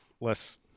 less